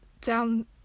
down